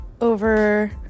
over